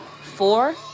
Four